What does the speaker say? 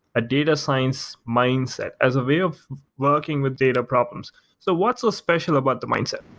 a data science mindset as a way of working with data problems so what's so special about the mindset?